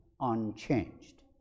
unchanged